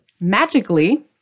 magically